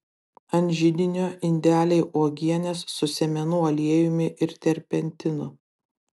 ant židinio indeliai uogienės su sėmenų aliejumi ir terpentinu